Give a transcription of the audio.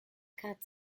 cut